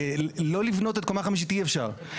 לא לבנות את קומה חמישית, אי אפשר.